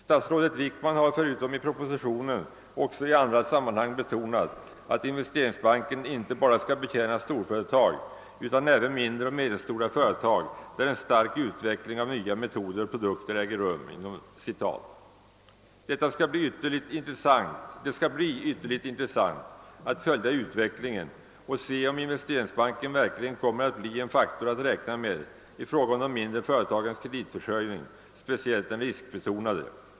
Statsrådet Wickman har förutom i propositionen också i andra sammanhang betonat att investeringsbanken inte bara skall betjäna storföretag utan även »mindre och medelstora företag, där en stark utveckling av nya metoder och produkter äger rum». Det skall bli ytterligt intressant att följa utvecklingen och se om investeringsbanken verkligen kommer att bli en faktor att räkna med i fråga om de mindre företagens kreditförsörjning — speciellt den riskbetonade.